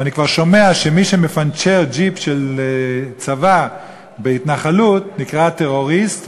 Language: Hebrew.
ואני כבר שומע שמי שמפנצ'ר ג'יפ של הצבא בהתנחלות נקרא "טרוריסט",